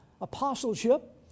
apostleship